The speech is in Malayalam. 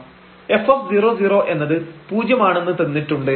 f00 എന്നത് പൂജ്യം ആണെന്ന് തന്നിട്ടുണ്ട്